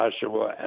Joshua